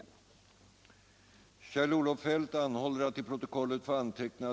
Finansdebatt Finansdebatt